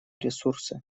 ресурсы